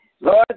Lord